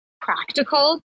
practical